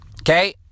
okay